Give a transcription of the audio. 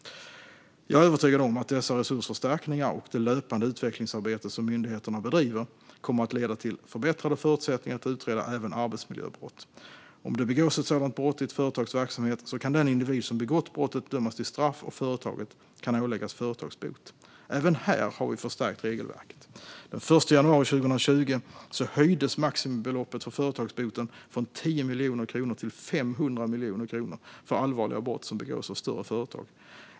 Jag är övertygad om att dessa resursförstärkningar och det löpande utvecklingsarbete som myndigheterna bedriver kommer att leda till förbättrade förutsättningar att utreda även arbetsmiljöbrott. Om det begås ett sådant brott i ett företags verksamhet kan den individ som begått brottet dömas till straff och företaget kan åläggas företagsbot. Även här har vi förstärkt regelverket. Den 1 januari 2020 höjdes maximibeloppet för företagsboten från 10 miljoner kronor till 500 miljoner kronor för allvarliga brott som begås av större företag.